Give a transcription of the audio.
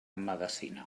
medecina